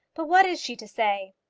but what is she to say?